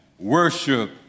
worship